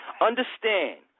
Understand